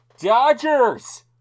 Dodgers